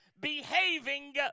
behaving